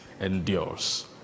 endures